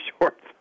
shorts